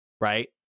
right